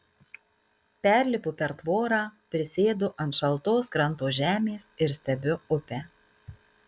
perlipu per tvorą prisėdu ant šaltos kranto žemės ir stebiu upę